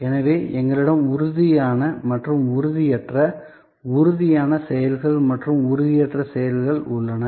எனவே எங்களிடம் உறுதியான மற்றும் உறுதியற்ற உறுதியான செயல்கள் மற்றும் உறுதியற்ற செயல்கள் உள்ளன